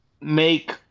make